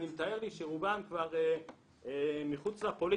אני מתאר לי שרובם כבר מחוץ לפוליטיקה,